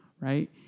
right